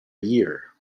year